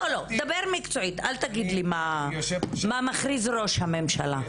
אל תגיד לי מה מכריז ראש הממשלה.